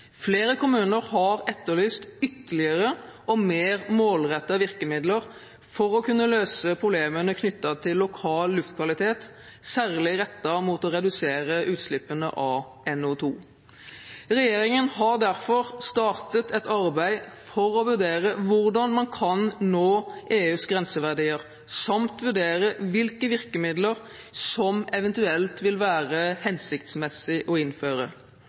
Flere kommuner har etterlyst ytterligere og mer målrettede virkemidler for å kunne løse problemene knyttet til lokal luftkvalitet, særlig rettet mot å redusere utslippene av NO2. Regjeringen har derfor startet et arbeid for å vurdere hvordan man kan nå EUs grenseverdier, samt vurdere hvilke virkemidler det eventuelt vil være hensiktsmessig å innføre.